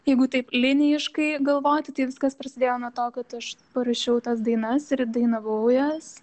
jeigu taip linijiškai galvoti tai viskas prasidėjo nuo to kad aš parašiau tas dainas ir įdainavau jas